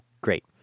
great